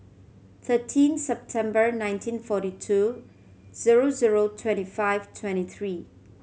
thirteen September nineteen forty two zero zero twenty five twenty three